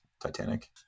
Titanic